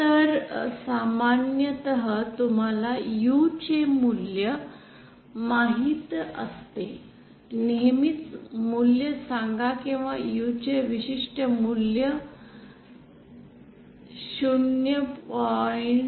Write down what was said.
तर सामान्यत तुम्हाला U चे मूल्य माहित असते नेहमीचे मूल्य सांगा किंवा U चे विशिष्ट मूल्य ०